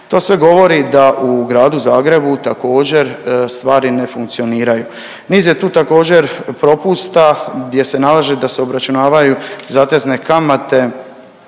To sve govori da u Gradu Zagrebu također stvari ne funkcioniraju, niz je tu također propusta gdje se nalaže da se obračunavaju zatezne kamate